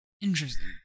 Interesting